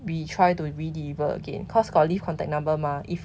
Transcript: we try to re-deliver again cause got leave contact number mah if